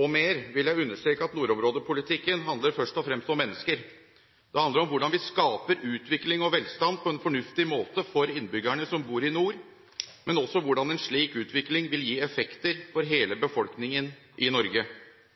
og mer, vil jeg understreke at nordområdepolitikken handler først og fremst om mennesker. Det handler om hvordan vi skaper utvikling og velstand på en fornuftig måte for innbyggerne som bor i nord, men også om hvordan en slik utvikling vil gi effekter for hele befolkningen i Norge.